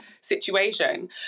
situation